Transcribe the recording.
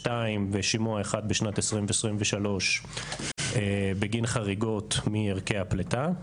ב-2022 ושימוע אחד בשנת 2023 בגין חריגות מערכי הפליטה.